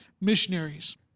missionaries